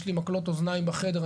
יש לי מקלות אוזניים בחדר,